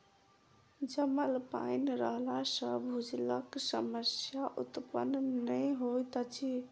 जमल पाइन रहला सॅ भूजलक समस्या उत्पन्न नै होइत अछि